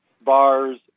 bars